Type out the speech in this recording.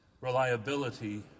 reliability